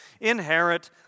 inherit